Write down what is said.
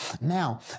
Now